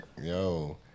yo